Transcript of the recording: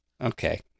Okay